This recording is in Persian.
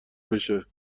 بشه